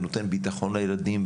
ונותן ביטחון לילדים,